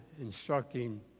instructing